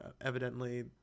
evidently